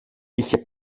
είχε